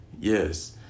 yes